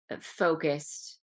focused